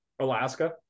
Alaska